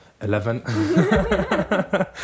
Eleven